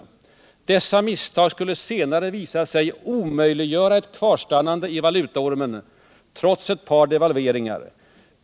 Dessa misstag skulle senare visa sig omöjliggöra ett kvarstannande i valutaormen, trots ett par devalveringar.